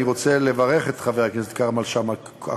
אני רוצה לברך את חבר הכנסת כרמל שאמה-הכהן